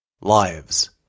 Lives